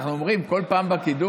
תראה, אנחנו הרי אומרים כל פעם בקידוש